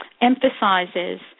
emphasizes